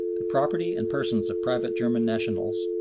the property and persons of private german nationals,